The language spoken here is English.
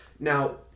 Now